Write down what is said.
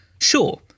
Sure